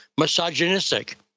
misogynistic